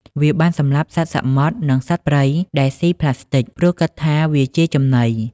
វាបានសម្លាប់សត្វសមុទ្រ និងសត្វព្រៃដែលសុីប្លាស្ទិក ព្រោះគិតថាវាជាចំណី។